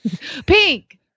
pink